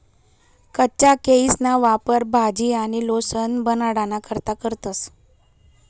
कच्चा केयीसना वापर भाजी आणि लोणचं बनाडाना करता करतंस